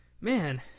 man